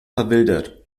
verwildert